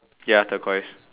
ya turquoise